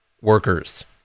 workers